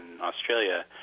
Australia